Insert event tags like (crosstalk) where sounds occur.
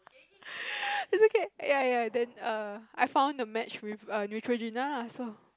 (laughs) is okay ya ya then err I found a match with err Neutrogena lah so